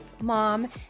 mom